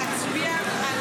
להצביע על